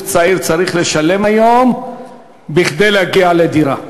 צעיר צריך לשלם היום כדי להגיע לדירה.